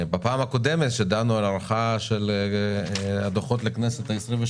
בפעם הקודמת כשדנו על הארכה של הדוחות לכנסת ה-23